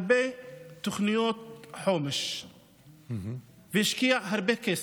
הרבה תוכניות חומש והשקיע הרבה כסף,